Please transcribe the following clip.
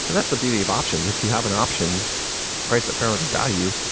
and that's the beauty of options. if you have an option priced at fair market value,